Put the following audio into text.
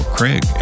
Craig